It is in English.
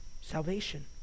Salvation